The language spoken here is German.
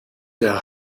der